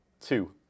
two